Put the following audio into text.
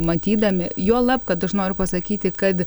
matydami juolab kad aš noriu pasakyti kad